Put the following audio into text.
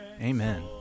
Amen